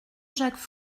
jacques